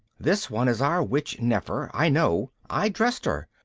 this one is our witch nefer. i know. i dressed her.